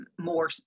more